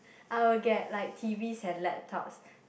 I will get like t_vs and laptops